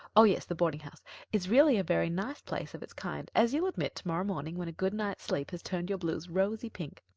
oh, yes, the boardinghouse it's really a very nice place of its kind, as you'll admit tomorrow morning when a good night's sleep has turned your blues rosy pink.